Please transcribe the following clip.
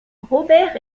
robert